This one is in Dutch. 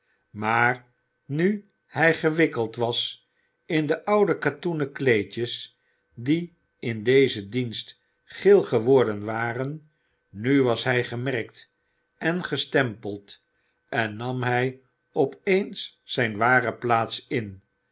maar nu hij gewikkeld was in de oude katoenen kleedjes die in dezen dienst geel geworden waren nu was hij gemerkt en gestempeld en nam hij op eens zijn ware plaats in